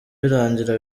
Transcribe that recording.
birangira